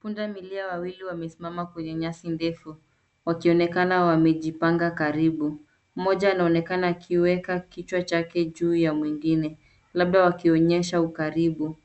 Pundamilia wawili wamesimama kwenye nyasi ndefu, wakionekana wamejipanga karibu. Mmoja anaonekana akiiweka kichwa chake juu ya mwingine, labda wakionyesha ukaribu.